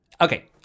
okay